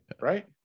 right